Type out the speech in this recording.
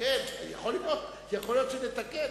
יכול להיות שנתקן.